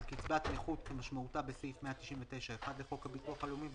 על קצבת נכות כמשמעותה בסעיף 199(1) לחוק הביטוח הלאומי,